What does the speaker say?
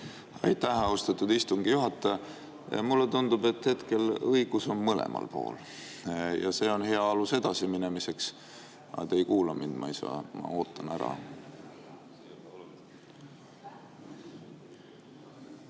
Aitäh, austatud istungi juhataja! Mulle tundub, et hetkel on õigus mõlemal poolel, ja see on hea alus edasi minemiseks. Aga te ei kuula mind, ma ei saa